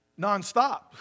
nonstop